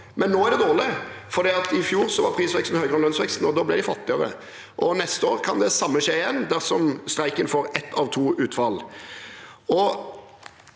men nå er det dårlig, for i fjor var prisveksten høyere enn lønnsveksten, og da ble de fattigere. Neste år kan det samme skje igjen dersom streiken får ett av to utfall.